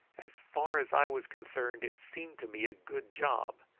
as far as i was concerned it seemed to me a good job,